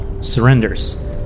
surrenders